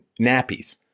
nappies